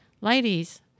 ladies